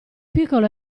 piccolo